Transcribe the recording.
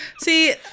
See